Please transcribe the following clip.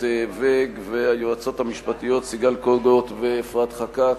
ואג והיועצות המשפטיות סיגל קוגוט ואפרת חקאק,